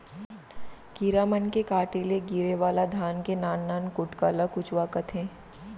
कीरा मन के काटे ले गिरे वाला धान के नान नान कुटका ल कुचवा कथें